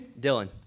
Dylan